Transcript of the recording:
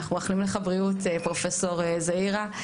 אנחנו מאחלים לך בריאות פרופסור זעירא,